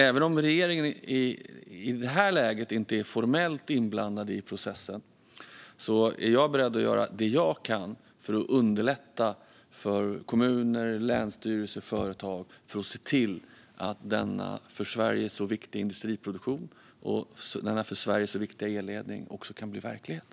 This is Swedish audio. Även om regeringen i detta läge inte är formellt inblandad i processen är jag beredd att göra det jag kan för att underlätta för kommuner, länsstyrelser och företag för att se till att denna för Sverige så viktiga industriproduktion och denna för Sverige så viktiga elledning kan bli verklighet.